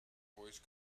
voice